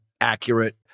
accurate